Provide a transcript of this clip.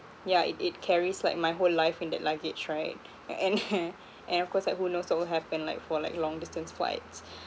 yeah it it carries like my whole life in that luggage right and and of course like who knows what will happen like for like long distance flights